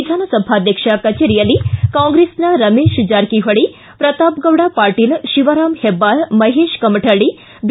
ವಿಧಾನಸಭಾಧ್ಯಕ್ಷ ಕಚೇರಿಯಲ್ಲಿ ಕಾಂಗ್ರೆಸ್ನ ರಮೇಶ ಜಾರಕಿಹೊಳಿ ಪ್ರತಾಪ್ ಗೌಡ ಪಾಟೀಲ್ ಶಿವರಾಮ್ ಹೆಬ್ಬಾರ್ ಮಹೇಶ್ ಕಮಕಳ್ಳಿ ಬಿ